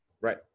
Right